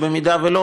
ואם לא,